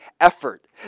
effort